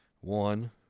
one